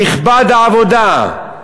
תכבד העבודה.